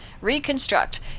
Reconstruct